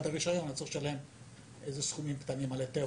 צריכים לשלם סכומים קטנים על היתר